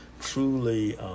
truly